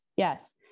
yes